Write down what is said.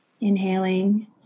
Inhaling